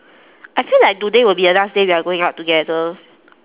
I feel like today will be the last day we are going out together